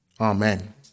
Amen